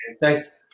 Thanks